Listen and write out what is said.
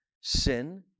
sin